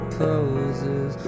poses